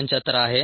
75 आहे